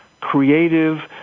creative